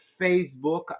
Facebook